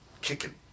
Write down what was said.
kicking